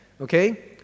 okay